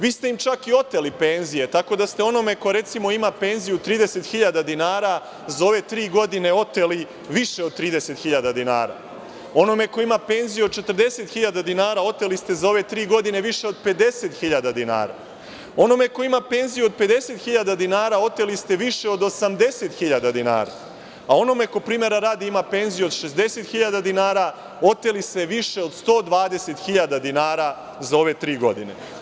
Vi ste im čak i oteli penzije, tako da ste onome ko recimo ima penziju 30.000 dinara za ove tri godine oteli više od 30.000 dinara, onome ko ima penziju 40.000 penziju oteli ste za ove tri godine više od 50.000 dinara, onome ko ima penziju od 50.000 dinara oteli ste više od 80.000 dinara, a onome ko primera radi ima penziju od 60.000 dinara oteli ste više od 120.000 dinara za ove tri godine.